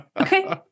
okay